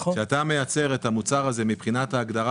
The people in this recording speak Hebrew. כשאתה מייצר את המוצר הזה מבחינת ההגדרה